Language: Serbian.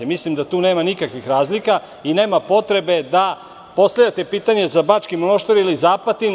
Mislim da tu nema nikakvih razlika i nema potrebe da postavljate pitanje za Bački Monoštor ili za Apatin.